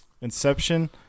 Inception